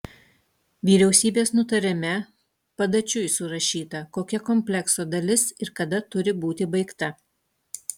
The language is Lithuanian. vyriausybės nutarime padačiui surašyta kokia komplekso dalis ir kada turi būti baigta